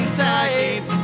tight